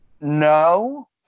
No